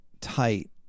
tight